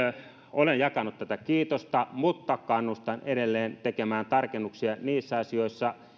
olen jakanut tätä kiitosta mutta kannustan edelleen tekemään tarkennuksia niissä asioissa